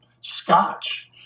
scotch